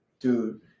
Dude